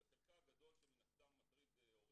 וחלקה הגדול שמן הסתם מטריד הורים,